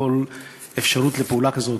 מכל אפשרות לפעולה כזאת.